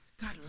God